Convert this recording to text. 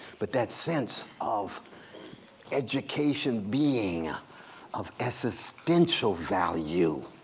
but that sense of education being ah of existential value.